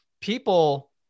people